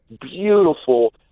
beautiful